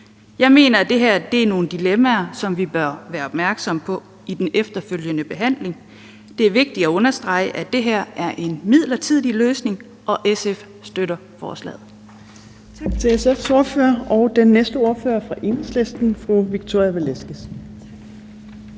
Jeg mener, at det her er nogle dilemmaer, som vi bør være opmærksomme på i den efterfølgende behandling. Det er vigtigt at understrege, at det her er en midlertidig løsning. SF støtter forslaget. Kl. 13:06 Fjerde næstformand (Trine Torp): Tak